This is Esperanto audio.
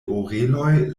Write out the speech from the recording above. oreloj